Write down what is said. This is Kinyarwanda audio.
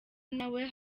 nawe